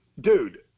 Dude